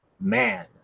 man